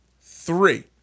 three